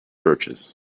birches